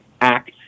act